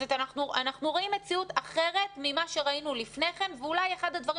אנחנו רואים מציאות אחרת ממה שראינו לפני כן ואולי אחד הדברים